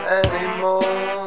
anymore